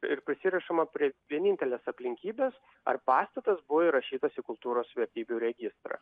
ir prisirišama prie vienintelės aplinkybės ar pastatas buvo įrašytas į kultūros vertybių registrą